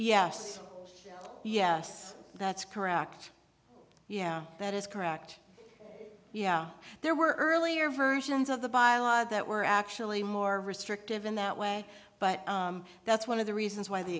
yes yes that's correct yeah that is correct yeah there were earlier versions of the bylaws that were actually more restrictive in that way but that's one of the reasons why the